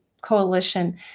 coalition